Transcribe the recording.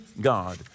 God